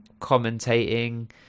commentating